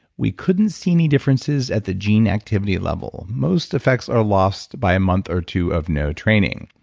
we couldn't see any differences at the gene activity level. most effects are lost by a month or two of no training.